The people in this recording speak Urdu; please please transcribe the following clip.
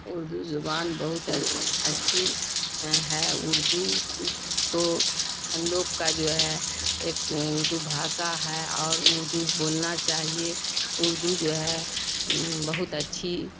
اردو زبان بہت اچھی ہے اردو تو ہم لوگ کا جو ہے ایک اردو بھاشا ہے اور اردو بولنا چاہیے اردو جو ہے بہت اچھی